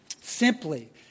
Simply